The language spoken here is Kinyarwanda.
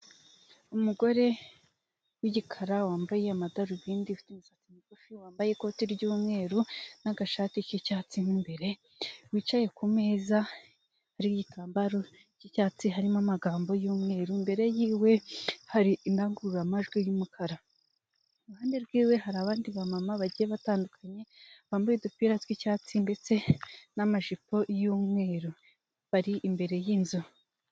Umugore w' igikara wambaye amadarubindi ufite imisatsi mugufi, wambaye ikoti ry'umweru n'agashati k'icyatsi mu mbere, wicaye ku meza hariho igitambaro cy'icyatsi harimo amagambo yumweru mbere yiwe hari indangururamajwi y'umukara. Iruhande rw'iwe hari abandi ba mama bagiye batandukanye bambaye udupira tw'icyatsi ndetse n'amajipo y'umweru bari imbere y'inzu.